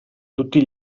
tutti